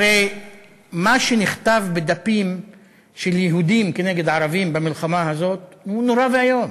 הרי מה שנכתב בדפים של יהודים נגד ערבים במלחמה הזאת הוא נורא ואיום,